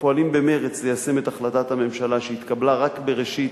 פועלים במרץ ליישם את החלטת הממשלה שהתקבלה רק בראשית